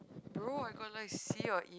bro I got like C or E